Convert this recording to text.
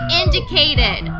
indicated